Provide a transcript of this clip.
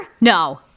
No